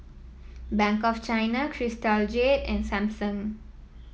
Bank of China Crystal Jade and Samsung